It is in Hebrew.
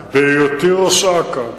בהיותי ראש אכ"א,